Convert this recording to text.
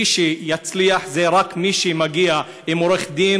מי שמצליח זה רק מי שמגיע עם עורך-דין